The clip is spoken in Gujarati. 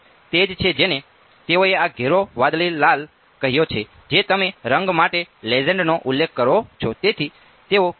તેથી તે જ છે જેને તેઓએ આ ઘેરો વાદળી લાલ કહ્યો છે જે તમે રંગ માટે લેજેન્ડનો ઉલ્લેખ કરો છો